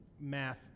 math